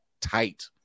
tight